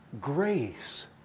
Grace